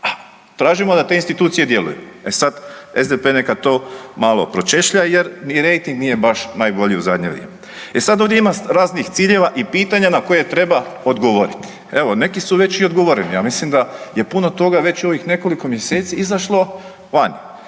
tražimo da te institucije djeluju. E sad SDP neka to malo pročešlja jer ni rejting nije baš najbolji u zadnje vrijeme. E sad ovdje ima raznih ciljeva i pitanja na koje treba odgovoriti, evo neki su već i odgovoreni. Ja mislim da je puno toga već u ovih nekoliko mjeseci izašlo vani,